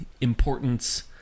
importance